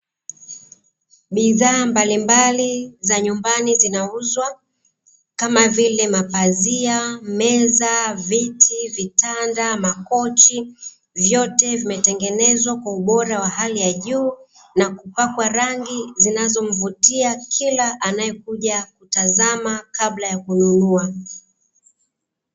Bidhaa mbalimbali za nyumbani zinauzwa, kama vile mapazia, meza, viti, vitanda, makochi, vyote vimetengenezwa kwa ubora wa hali ya juu, na kupakwa rangi zinazomvutia kila anayekuja kutazama kabla ya kununua.